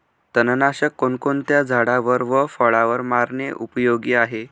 तणनाशक कोणकोणत्या झाडावर व फळावर मारणे उपयोगी आहे?